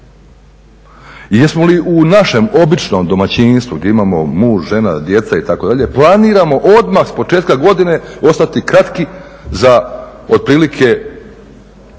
Jesmo li u našem običnom domaćinstvu gdje imamo muž, žena, djeca itd. planiramo odmah s početka godine ostati kratki za otprilike 10,